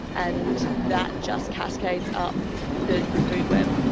and that just cascades up the food web,